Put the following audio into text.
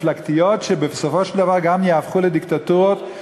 לא מאפשר למשרדים בכלל לגעת בהם או להשתמש